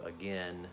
again